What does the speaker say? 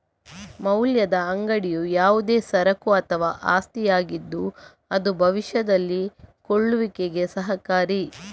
ಮೌಲ್ಯದ ಅಂಗಡಿಯು ಯಾವುದೇ ಸರಕು ಅಥವಾ ಆಸ್ತಿಯಾಗಿದ್ದು ಅದು ಭವಿಷ್ಯದಲ್ಲಿ ಕೊಳ್ಳುವಿಕೆಗೆ ಸಹಕಾರಿ